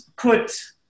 put